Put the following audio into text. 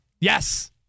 Yes